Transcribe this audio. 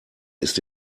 ist